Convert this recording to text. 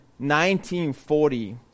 1940